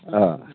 औ